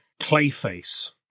Clayface